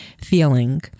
feeling